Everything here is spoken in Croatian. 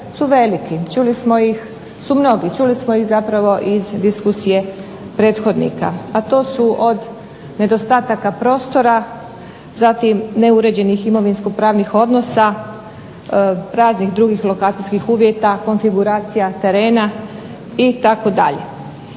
su veliki. Čuli smo ih zapravo iz diskusije prethodnika, a to su od nedostataka prostora, zatim neuređenih imovinsko-pravnih odnosa, raznih drugih lokacijskih uvjeta, konfiguracija terena itd.